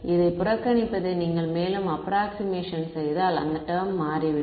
இதைப் புறக்கணிப்பதை நீங்கள் மேலும் அப்ராக்க்ஷிமேஷன் செய்தால் அந்த டெர்ம் மாறிவிடும்